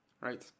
right